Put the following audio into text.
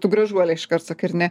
tu gražuolė iškart sakai ar ne